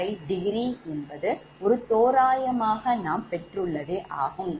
5° என்று தோராயமாக பெற்றுள்ளோம்